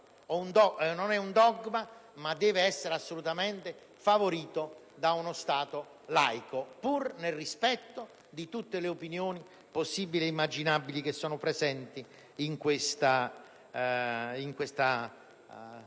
un dogma, ma deve essere assolutamente favorito da uno Stato laico, pur nel rispetto di tutte le opinioni possibili e immaginabili presenti in questa Assemblea.